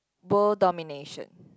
world domination